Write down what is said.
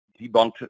debunked